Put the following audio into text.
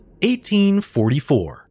1844